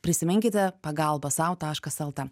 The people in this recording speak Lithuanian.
prisiminkite pagalba sau taškas lt